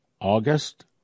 August